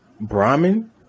Brahmin